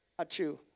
Achoo